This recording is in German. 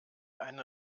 eine